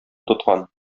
тоткан